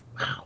Wow